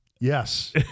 Yes